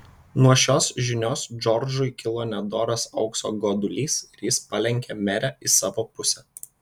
nuo šios žinios džordžui kilo nedoras aukso godulys ir jis palenkė merę į savo pusę